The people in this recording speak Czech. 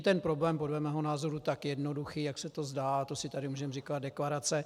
Ten problém není podle mého názoru tak jednoduchý, jak se to zdá, to si tady můžeme říkat deklarace.